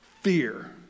fear